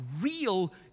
real